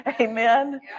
Amen